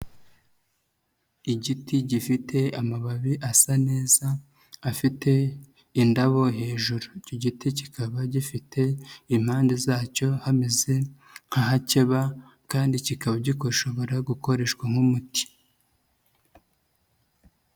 Igiti gifite amababi asa neza, afite indabo hejuru. Icyo giti kikaba gifite impande zacyo hameze nk'ahakeba kandi kikaba gigoso gukoreshwa nk'umuti.